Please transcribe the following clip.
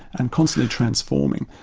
and constantly transforming.